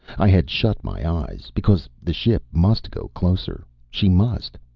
i had shut my eyes because the ship must go closer. she must!